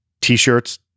t-shirts